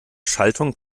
schaltung